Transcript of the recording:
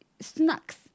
snacks